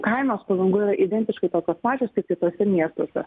kainos palangoj yra identiškai tokios pačios kaip kituose miestuose